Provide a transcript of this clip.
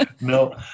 No